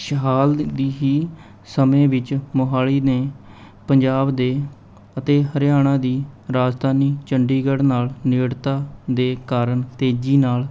ਸ਼ਹਾਲਦ ਹੀ ਸਮੇਂ ਵਿੱਚ ਮੋਹਾਲੀ ਨੇ ਪੰਜਾਬ ਦੇ ਅਤੇ ਹਰਿਆਣਾ ਦੀ ਰਾਜਧਾਨੀ ਚੰਡੀਗੜ੍ਹ ਨਾਲ਼ ਨੇੜਤਾ ਦੇ ਕਾਰਨ ਤੇਜ਼ੀ ਨਾਲ਼